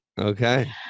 Okay